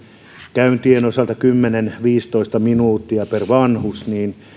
käyntien osalta kymmenen viiva viisitoista minuuttia per vanhus